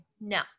No